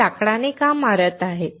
ते लाकडाने का मारत आहेत